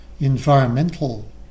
environmental